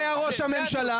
מי היה ראש הממשלה?